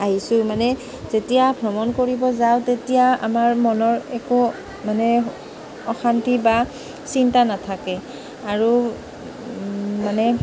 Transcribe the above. আহিছোঁ মানে যেতিয়া ভ্ৰমণ কৰিব যাওঁ তেতিয়া আমাৰ মনৰ একো মানে অশান্তি বা চিন্তা নাথাকে আৰু মানে